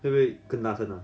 会不会更大声了